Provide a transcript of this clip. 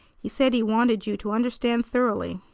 he said he wanted you to understand thoroughly.